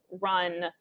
run